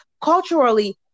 culturally